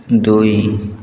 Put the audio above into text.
ଦୁଇ